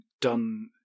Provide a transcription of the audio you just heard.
done